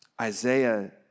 Isaiah